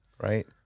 Right